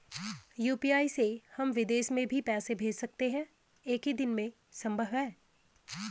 UPI से हम विदेश में भी पैसे भेज सकते हैं एक ही दिन में संभव है?